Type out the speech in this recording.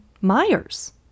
Myers